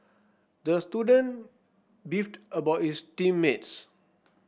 the student beefed about his team mates